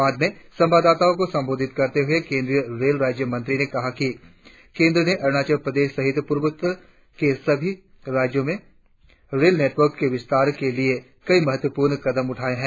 बाद में संवाददाताओं को संबोधित करते हुए केंद्रीय रेल राज्य मंत्री ने कहा कि केंद्र ने अरुणाचल प्रदेश सहित पूर्वोत्तर के सभी आठ राज्यों में रेल नेटर्वक के विस्तार के लिए कई महत्वपूर्ण कदम उठाये है